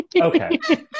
Okay